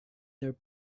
their